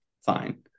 fine